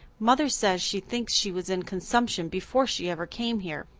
mother says she thinks she was in consumption before she ever came here.